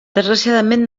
desgraciadament